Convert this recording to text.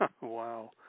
Wow